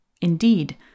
Indeed